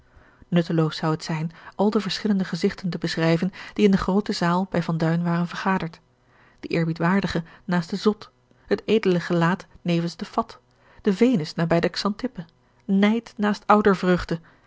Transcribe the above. nutteloos zou het zijn al de verschillende gezigten te beschrijven die in de groote zaal bij van duin waren vergaderd de eerbiedwaardige naast den zot het edele gelaat nevens den fat de venus nabij de xantippe nijd naast